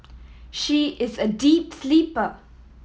she is a deep sleeper